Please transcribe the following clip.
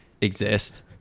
exist